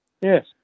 Yes